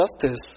justice